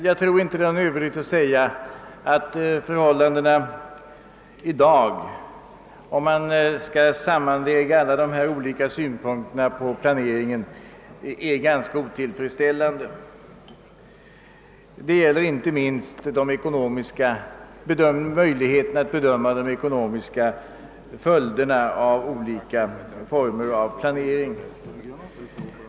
Jag tror inte det är någon överdrift att säga att förhållandena i dag vid en sammanvägning av alla dessa olika synpunkter på planeringen framstår som ganska otillfredsställande. Det gäller inte minst möjligheterna att bedöma de ekonomiska följderna av olika former av planering.